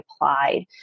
applied